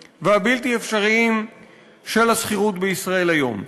והבלתי-אפשריים של השכירות בישראל היום.